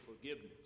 forgiveness